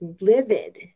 livid